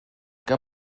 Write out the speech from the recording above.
que